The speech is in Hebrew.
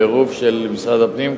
עירוב משרד הפנים,